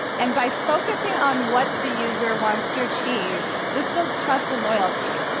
and by focusing on what the user wants to achieve, this builds trust and loyalty.